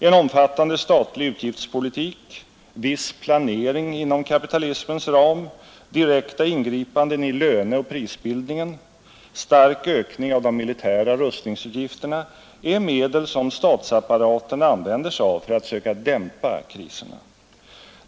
En omfattande statlig utgiftspolitik, viss planering inom kapitalismens ram, direkta ingripanden i löneoch prisbildningen, stark ökning av de militära rustningsutgifterna är medel som statsapparaten använder sig av för att söka dämpa kriserna.